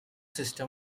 system